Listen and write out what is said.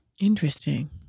Interesting